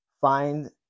find